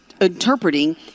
interpreting